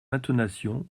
intonation